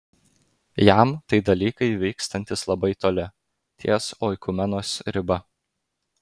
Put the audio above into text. jam tai dalykai vykstantys labai toli ties oikumenos riba